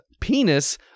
Penis